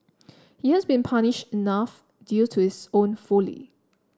he has been punished enough due to his own folly